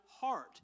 heart